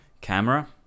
camera